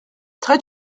très